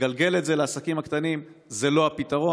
לגלגל את זה על העסקים הקטנים זה לא הפתרון.